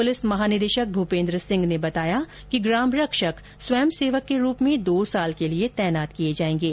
police महानिदेशक भूपेन्द्र सिंह ने बताया कि ग्राम रक्षक स्वयं सेवक के रूप में दो साल के लिए तैनात किये जाएगे